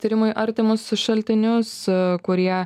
tyrimui artimus šaltinius kurie